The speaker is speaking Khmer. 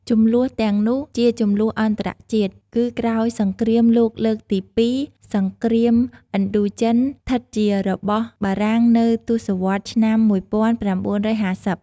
ជម្លោះទាំងនោះជា ជម្លោះអន្តរជាតិ គឺក្រោយសង្គ្រាមលោកលើកទីពីរសង្រ្គាមឥណ្ឌូចិនឋិតជារបស់បារាំងនៅទសវត្សរ៍ឆ្នាំ ១៩៥០។